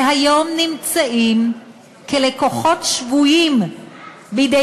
שהיום נמצאים כלקוחות שבויים בידי